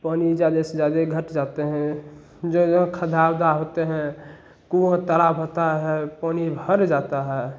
पानी ज़्यादा से ज़्यादा घट जाते हैं ज्यों ज्यों खद्धा उद्दा होते हैं कुहों तालाब होता है पानी भर जाता है